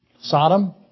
Sodom